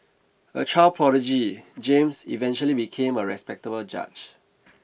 a child prodigy James eventually became a respectable judge